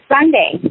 Sunday